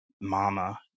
mama